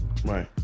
Right